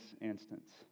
instance